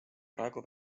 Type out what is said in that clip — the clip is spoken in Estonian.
praegu